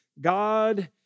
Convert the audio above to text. God